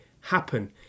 happen